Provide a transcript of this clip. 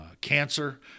cancer